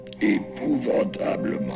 épouvantablement